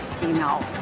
females